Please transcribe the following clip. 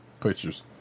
pictures